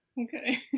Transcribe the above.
okay